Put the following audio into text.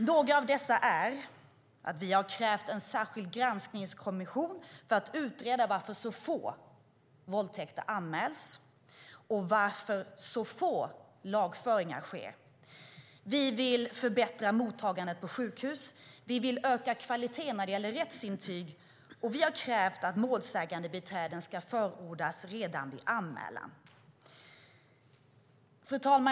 Några av dessa är: Vi har krävt en särskild granskningskommission för att utreda varför så få våldtäkter anmäls och varför så få lagföringar sker. Vi vill förbättra mottagandet på sjukhus. Vi vill öka kvaliteten när det gäller rättsintyg, och vi har krävt att målsägandebiträden ska förordas redan vid anmälan. Herr talman!